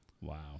Wow